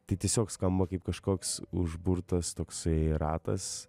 tai tiesiog skamba kaip kažkoks užburtas toksai ratas